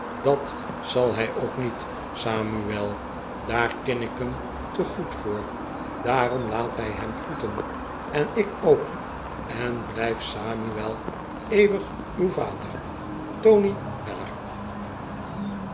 dat zal hij ook niet samuel daar ken ik hem te goed voor daarom laat hij hem groeten en ik ook en blijf samuel eeuwig uw vader tony weller